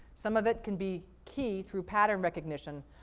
some of it can be key through pattern recognition,